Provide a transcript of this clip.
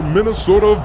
Minnesota